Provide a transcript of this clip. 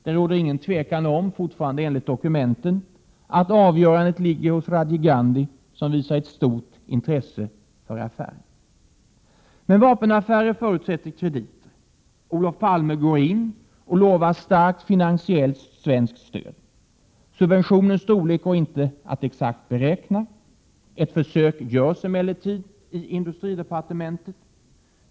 Det råder inget tvivel om — fortfarande enligt dokumenten — att avgörandet ligger hos Rajiv Gandhi, som visar ett stort intresse för affären. Men vapenaffärer förutsätter krediter. Olof Palme går in och lovar starkt finansiellt svenskt stöd. Subventionens storlek går inte att exakt beräkna. Ett försök görs emellertid i industridepartementet.